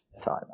time